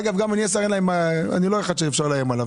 אגב גם אם אני אהיה שר אני לא אחד שאפשר לאיים עליו,